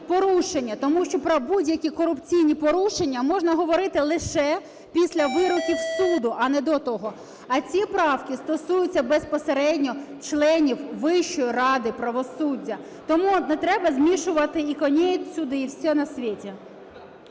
тому що про будь-які корупційні порушення можна говорити лише після вироків суду, а не до того. А ці правки стосуються безпосередньо членів Вищої ради правосуддя. Тому не треба змішувати і коней сюди, і все на свете.